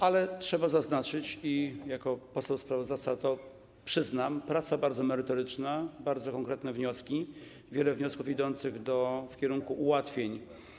Ale trzeba zaznaczyć - i jako poseł sprawozdawca to przyznam - że praca była bardzo merytoryczna, padały bardzo konkretne wnioski, wiele wniosków idących w kierunku ułatwień.